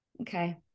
Okay